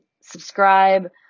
Subscribe